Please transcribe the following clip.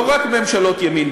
לא רק ממשלות ימין,